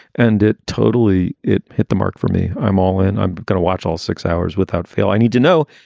and it totally it hit the mark for me. i'm all in. i'm going to watch all six hours without fail. i need to know,